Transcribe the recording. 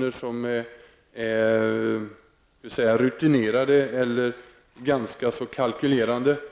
Det är fråga om rutinerade och ganska så kalkylerande personer,